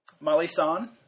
Molly-san